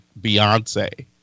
Beyonce